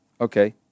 okay